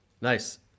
Nice